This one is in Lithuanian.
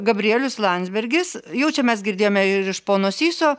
gabrielius landsbergis jau čia mes girdėjome ir iš pono syso